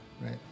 Right